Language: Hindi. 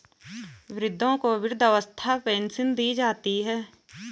वृद्धों को वृद्धावस्था पेंशन दी जाती है